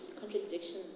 contradictions